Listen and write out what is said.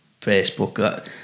Facebook